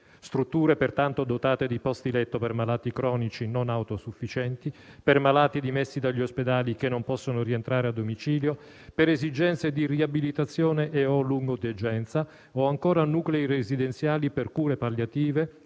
strutture pertanto dotate di posti letto per malati cronici non autosufficienti, per malati dimessi dagli ospedali che non possono rientrare al domicilio, per esigenze di riabilitazione e-o lungodegenza, o ancora nuclei residenziali per cure palliative